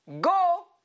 Go